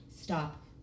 stop